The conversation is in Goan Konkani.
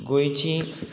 गोंयची